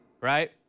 Right